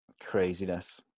craziness